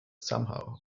somehow